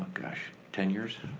gosh, ten years.